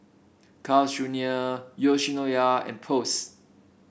Carl's Junior Yoshinoya and Post